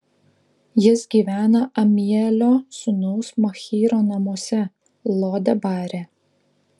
jis gyvena amielio sūnaus machyro namuose lo debare